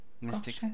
Mystic